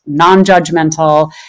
nonjudgmental